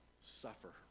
suffer